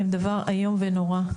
הן דבר איום ונורא,